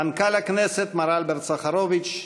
מנכ"ל הכנסת מר אלברט סחרוביץ,